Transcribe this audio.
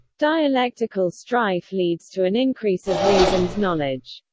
dialectical strife leads to an increase of reason's knowledge.